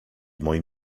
moim